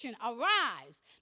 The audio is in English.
arise